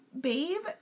Babe